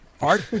Art